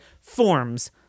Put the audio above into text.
forms